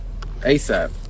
ASAP